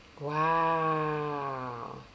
Wow